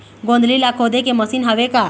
गोंदली ला खोदे के मशीन हावे का?